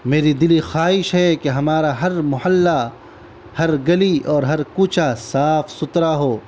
میری دلی خواہش ہے کہ ہمارا ہر محلہ ہر گلی اور ہر کوچہ صاف ستھرا ہو